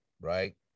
Right